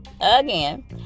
again